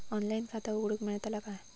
Online खाता उघडूक मेलतला काय?